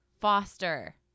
Foster